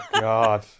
God